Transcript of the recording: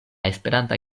esperanta